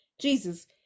Jesus